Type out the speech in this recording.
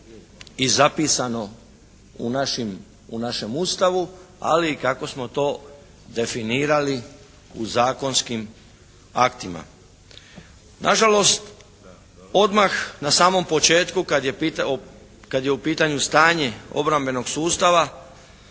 i zapisano u našem Ustavu ali i kako smo to definirali u zakonskim aktima. Nažalost odmah na samom početku kad je u pitanju stanje obrambenog sustava